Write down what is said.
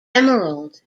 emerald